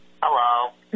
Hello